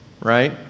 right